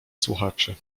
słuchaczy